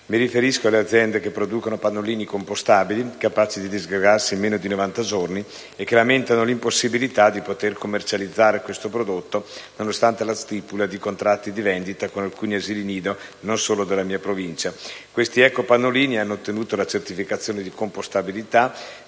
Mi riferisco alle aziende che producono pannolini compostabili, capaci di disgregarsi in meno di 90 giorni, e che lamentano l'impossibilità di commercializzare questo prodotto nonostante la stipula di contratti di vendita con alcuni asili nido non solo della mia Provincia. Questi ecopannolini hanno ottenuto la certificazione di compostabilità,